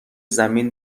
زمین